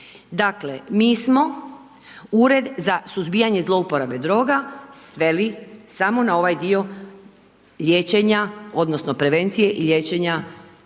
Dakle, mi smo ured za suzbijanje zlouporabe droga, sveli samo na ovaj dio liječenja, onda, prevencije i liječenja